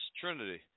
trinity